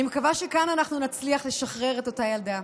אני מקווה שכאן אנחנו נצליח לשחרר את אותה ילדה,